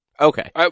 Okay